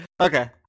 Okay